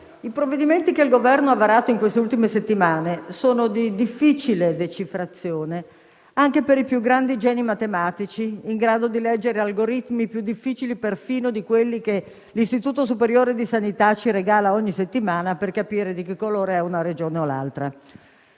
i provvedimenti che il Governo ha varato nelle ultime settimane sono di difficile decifrazione anche per i più grandi geni matematici in grado di leggere algoritmi più difficili perfino di quelli che l'Istituto superiore di sanità ci regala ogni settimana per capire di che colore è una Regione o l'altra.